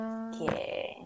okay